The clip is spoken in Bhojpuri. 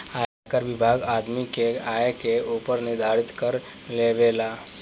आयकर विभाग आदमी के आय के ऊपर निर्धारित कर लेबेला